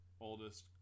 oldest